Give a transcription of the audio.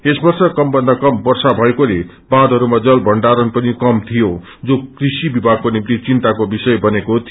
यस वर्ष कमभन्दा कम वष्म भएकोले बाँयहरूमा जल भण्डारण पनि कम थियो जो कृषि विभागको निम्ति चिन्ताको विषय बनेको थियो